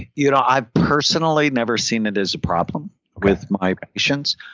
you know i personally never seen it as a problem with my patients,